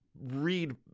read